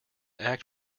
act